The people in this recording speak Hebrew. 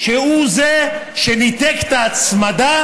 שהוא שניתק את ההצמדה